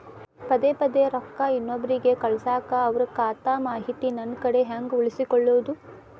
ಪದೆ ಪದೇ ರೊಕ್ಕ ಇನ್ನೊಬ್ರಿಗೆ ಕಳಸಾಕ್ ಅವರ ಖಾತಾ ಮಾಹಿತಿ ನನ್ನ ಕಡೆ ಹೆಂಗ್ ಉಳಿಸಿಕೊಳ್ಳೋದು?